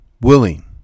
willing